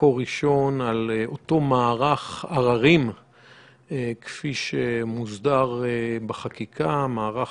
ממקור ראשון את אותו מערך עררים כפי שמוסדר בחקיקה - מערך